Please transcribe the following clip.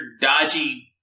dodgy